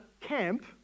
camp